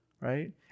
Right